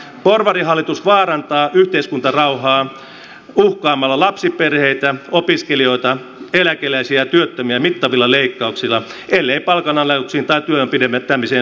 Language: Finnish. porvarihallitus vaarantaa yhteiskuntarauhaa uhkaamalla lapsiperheitä opiskelijoita eläkeläisiä ja työttömiä mittavilla leikkauksilla ellei palkanalennuksiin tai työajan pidentämiseen suostuta